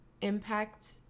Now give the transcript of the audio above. impact